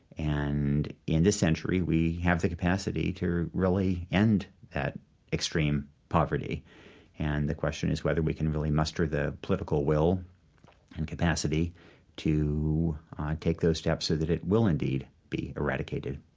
and in this century, we have the capacity to really end that extreme poverty and the question is whether we can really muster the political will and capacity to take those steps so that it will indeed be eradicated